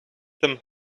them